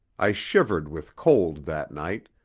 i shivered with cold that night,